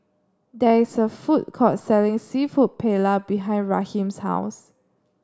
there is a food court selling seafood Paella behind Raheem's house